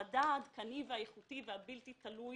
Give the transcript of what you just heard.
המדע העדכני והאיכותי והבלתי תלוי